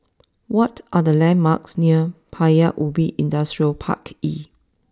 what are the landmarks near Paya Ubi Industrial Park E